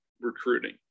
recruiting